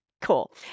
Cool